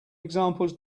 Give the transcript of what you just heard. examples